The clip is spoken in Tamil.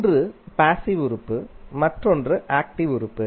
ஒன்று பேசிவ் உறுப்பு மற்றொன்று ஆக்டிவ் உறுப்பு